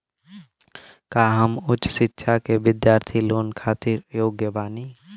का हम उच्च शिक्षा के बिद्यार्थी लोन खातिर योग्य बानी?